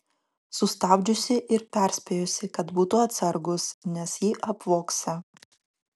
sustabdžiusi ir perspėjusi kad būtų atsargus nes jį apvogsią